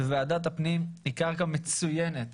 וועדת הפנים היא קרקע מצוינת